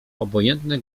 obojętny